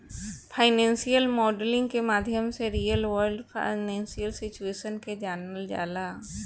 financial modelling के माध्यम से रियल वर्ल्ड फाइनेंशियल सिचुएशन के जानल जाला